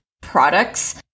products